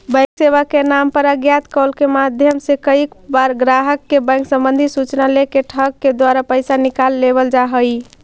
bank सेवा के नाम पर अज्ञात कॉल के माध्यम से कईक बार ग्राहक के बैंक संबंधी सूचना लेके ठग के द्वारा पैसा निकाल लेवल जा हइ